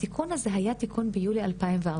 התיקון הזה היה תיקון שנערך בחודש יולי 2014,